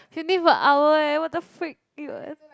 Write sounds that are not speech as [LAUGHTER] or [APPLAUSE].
fifteen per hour eh what the freak [NOISE]